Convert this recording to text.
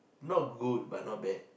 not good but not bad